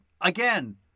Again